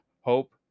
hope